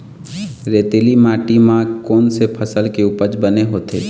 रेतीली माटी म कोन से फसल के उपज बने होथे?